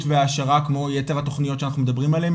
והעשרה כמו יתר התוכניות שאנחנו מדברים עליהן,